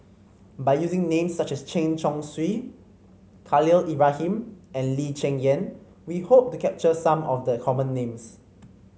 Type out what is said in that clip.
by using names such as Chen Chong Swee Khalil Ibrahim and Lee Cheng Yan we hope to capture some of the common names